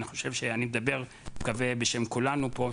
אני חושב שאני מדבר בשם כולנו פה,